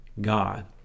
God